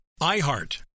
IHEART